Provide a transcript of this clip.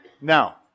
Now